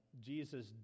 Jesus